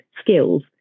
skills